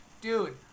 Dude